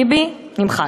ביבי, נמחק,